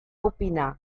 opinar